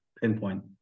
pinpoint